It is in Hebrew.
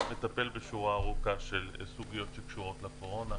מטפל בשורה ארוכה של סוגיות שקשורות לקורונה,